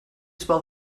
spell